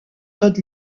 todd